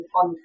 on